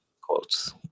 quotes